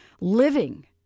living